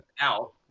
out